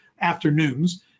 afternoons